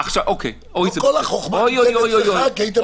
לא כל החוכמה נמצאת אצלך כי היית במשטרה.